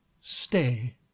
stay